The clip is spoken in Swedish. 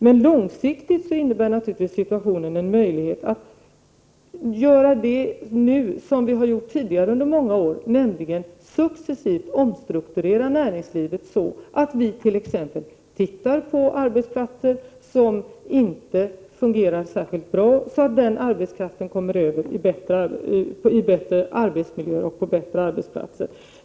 Men långsiktigt innebär naturligtvis situationen en möjlighet att nu göra det som vi har gjort tidigare under många år, nämligen att successivt omstrukturera näringslivet, så att arbetskraften på arbetsplatser som inte fungerar särskilt bra kommer över i bättre arbetsmiljöer och på bättre arbetsplatser.